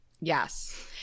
Yes